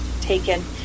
taken